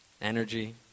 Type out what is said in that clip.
Energy